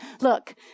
Look